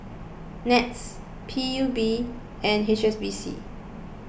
NETS P U B and H S B C